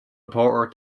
reporter